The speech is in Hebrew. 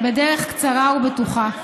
בדרך קצרה ובטוחה.